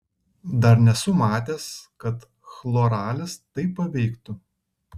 dar nesu matęs kad chloralis taip paveiktų